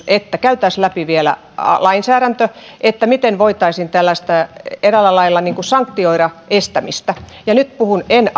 että käytäisiin vielä lainsäädäntö läpi että miten voitaisiin eräällä lailla niin kuin sanktioida tällaista estämistä ja nyt en